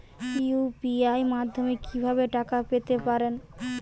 UPI মাধ্যমে কি ভাবে টাকা পেতে পারেন?